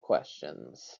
questions